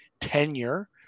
tenure